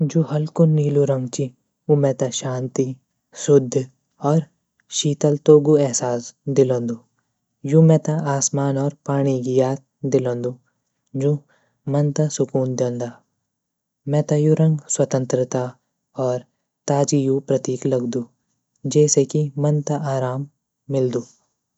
जू हलकू नीलू रंग ची उ मेता शांति, शुद्ध और शीतलतो ग एहसास दिलोंदु यू मेता आसमान और पाणी गी याद दिलोंदु जू मन त सुकून दयोंदा मेता यू रंग स्वतंत्रता और ताजगी कु प्रतीक लगदू जैसे की मन त आराम मीलदू।